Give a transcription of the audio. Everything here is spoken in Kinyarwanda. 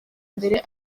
imbere